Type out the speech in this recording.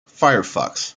firefox